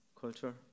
culture